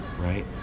right